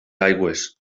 aigües